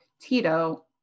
Tito